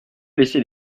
laisser